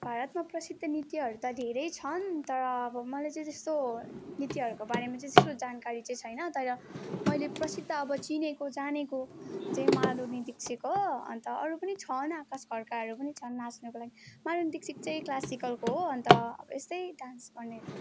भारतमा प्रसिद्ध नृत्यहरू त धेरै छन् तर अब मलाई चाहिँ त्यस्तो नृत्यहरूको बारेमा चाहिँ त्यस्तो जानकारी चाहिँ छैन तर मैले प्रसिद्ध अब चिनेको जानेको चाहिँ माधुरी दीक्षित हो अन्त अरू पनि छन् आकाश खड्काहरू पनि छन् नाच्नको लागि माधुरी दीक्षित चाहिँ क्लासिकलको हो अन्त यस्तै डान्स गर्नेहरू